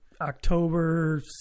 October